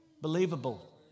believable